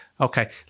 Okay